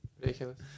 ridiculous